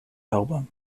album